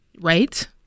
Right